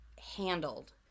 handled